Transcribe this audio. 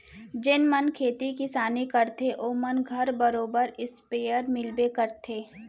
जेन मन खेती किसानी करथे ओ मन घर बरोबर इस्पेयर मिलबे करथे